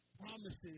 promises